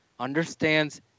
understands